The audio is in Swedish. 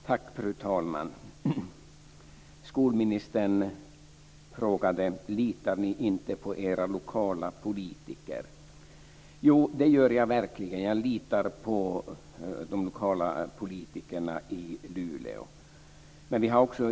Fru talman! Skolministern frågade: Litar ni inte på era lokala politiker? Jo, det gör jag verkligen. Jag litar på de lokala politikerna i Luleå.